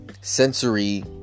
sensory